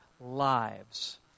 lives